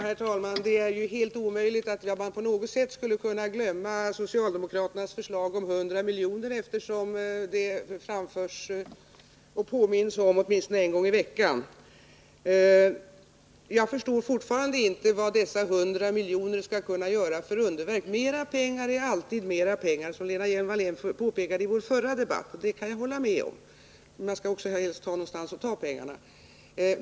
Herr talman! Det är ju helt omöjligt att man på något sätt skulle kunna glömma socialdemokraternas förslag om 100 miljoner, eftersom det påminns om det förslaget åtminstone en gång i veckan. Jag förstår dock fortfarande inte vad dessa 100 miljoner skulle kunna göra för underverk. Mera pengar är alltid mera pengar, som Lena Hjelm-Wallén påpekade i vår förra debatt — och det kan jag hålla med om — men man skall ju att förbättra lärarnas arbetsmiljö också ha någonstans att ta pengarna.